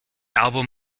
album